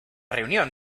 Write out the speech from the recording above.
reunión